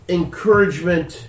encouragement